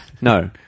No